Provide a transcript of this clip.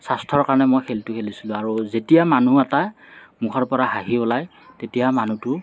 স্বাস্থ্যৰ কাৰণে মই খেলটো খেলিছিলোঁ আৰু যেতিয়া মানুহ এটা মুখৰ পৰা হাঁহি ওলায় তেতিয়া মানুহটো